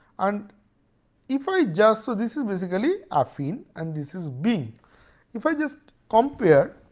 and if i just so this is basically afinn and this is bing if i just compare